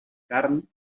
carn